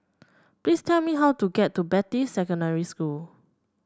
please tell me how to get to Beatty Secondary School